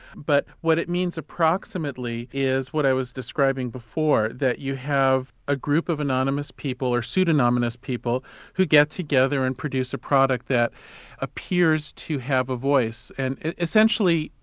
but what it means approximately is what i was describing before that you have a group of anonymous people, or pseudonymous people who get together and produce a product that appears to have a voice. and essentially,